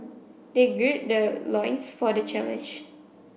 they gird their loins for the challenge